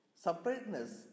Separateness